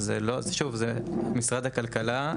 שוב, זה משרד הכלכלה.